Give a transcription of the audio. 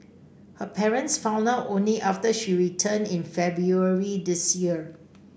her parents found out only after she returned in February this year